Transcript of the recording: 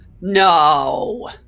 No